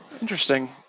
Interesting